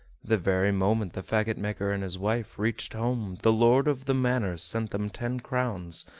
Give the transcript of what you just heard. the very moment the fagot-maker and his wife reached home the lord of the manor sent them ten crowns,